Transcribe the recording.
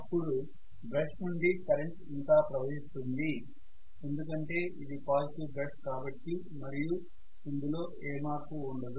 అప్పుడు బ్రష్ నుండి కరెంటు ఇంకా ప్రవహిస్తుంది ఎందుకంటే ఇది పాజిటివ్ బ్రష్ కాబట్టి మరియు ఇందులో ఏ మార్పు ఉండదు